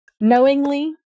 Knowingly